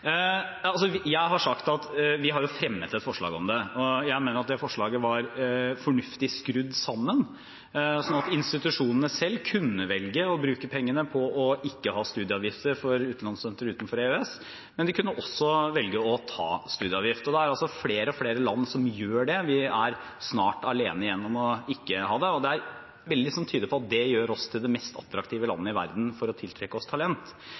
Jeg har sagt at vi har fremmet et forslag om det. Jeg mener at det forslaget var fornuftig skrudd sammen, slik at institusjonene selv kunne velge å bruke pengene på å ikke ha studieavgifter for utenlandsstudenter fra land utenfor EØS. Men de kunne også velge å ta studieavgift. Det er altså flere og flere land som gjør det. Vi er snart alene igjen om ikke å ha det. Det er veldig mye som tyder på at det gjør oss til det mest attraktive landet i verden når det gjelder å tiltrekke seg talent.